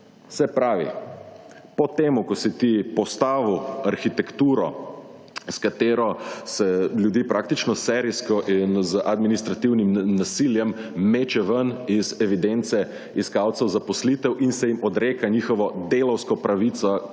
Se pravi, po temu ko si ti postavil arhitekturo s katero se ljudi praktično serijsko in z administrativnim nasiljem meče ven iz evidence iskalcev zaposlitev in se jim odreka njihovo delavsko pravico,